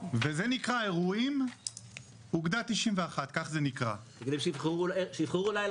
וזה נקרא 'אירועים אוגדה 91'. 8 ליוני הוכרז